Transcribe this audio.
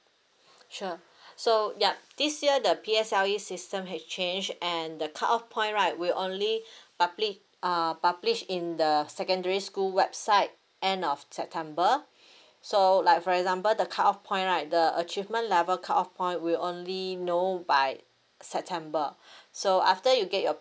sure so ya this year the P_S_L_E system have changed and the cut off point right will only public uh publish in the secondary school website end of september so like for example the cut off point right the achievement level cut off point will only know by september so after you get your